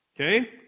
Okay